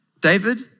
David